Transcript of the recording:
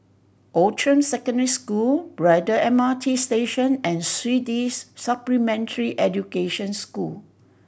Outram Secondary School Braddell M R T Station and Swedish Supplementary Education School